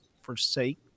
forsake